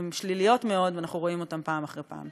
הן שליליות מאוד, ואנחנו רואים אותן פעם אחר פעם.